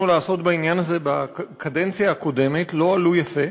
לעשות בעניין הזה בקדנציה הקודמת לא עלו יפה,